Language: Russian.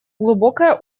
глубокое